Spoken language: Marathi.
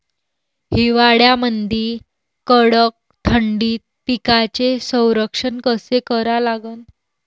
हिवाळ्यामंदी कडक थंडीत पिकाचे संरक्षण कसे करा लागन?